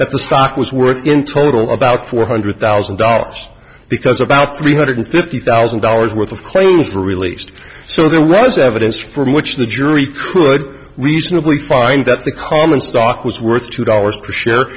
that the stock was worth in total about four hundred thousand dollars because about three hundred fifty thousand dollars worth of claims were released so there was evidence from which the jury could reasonably find that the common stock was worth two dollars a share